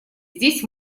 здесь